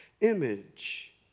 image